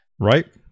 right